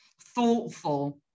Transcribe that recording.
thoughtful